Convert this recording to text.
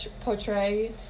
portray